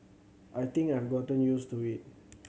I think I've gotten used to it